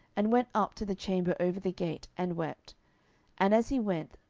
and went up to the chamber over the gate, and wept and as he went,